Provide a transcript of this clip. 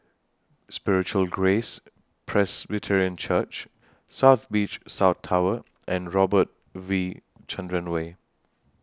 Spiritual Grace Presbyterian Church South Beach South Tower and Robert V Chandran Way